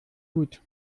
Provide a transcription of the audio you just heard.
gut